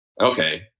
Okay